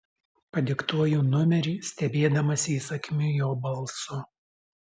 padiktuoju numerį stebėdamasi įsakmiu jo balsu